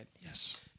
yes